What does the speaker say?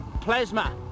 plasma